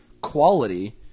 quality